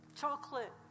chocolate